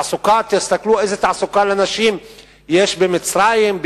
תסתכלו איזו תעסוקה לנשים יש במצרים,